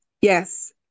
Yes